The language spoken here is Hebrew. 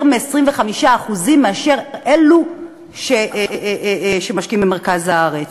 25% יותר מאשר אלו שמשקיעים במרכז הארץ.